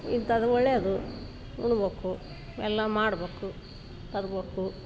ಇಂಥದ್ ಒಳ್ಳೇದು ಉಣ್ಬೇಕು ಎಲ್ಲ ಮಾಡ್ಬೇಕು ತರ್ಬೇಕು